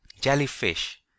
jellyfish